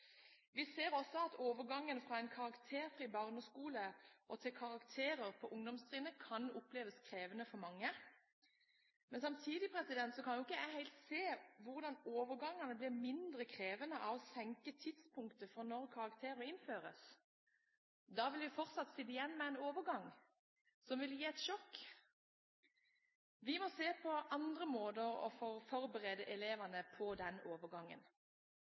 Vi ser også at overgangen fra en karakterfri barneskole og til karakterer på ungdomstrinnet kan oppleves krevende for mange. Samtidig kan jeg ikke helt se hvordan overgangene blir mindre krevende ved å senke tidspunktet for når karakterer innføres. Vi vil fortsatt sitte igjen med en overgang som vil gi et sjokk. Vi må se på andre måter å forberede elevene på den overgangen.